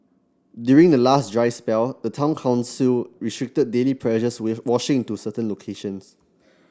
during the last dry spell the town council restricted daily pressures with washing to certain locations